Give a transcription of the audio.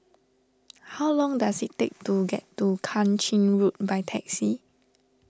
how long does it take to get to Kang Ching Road by taxi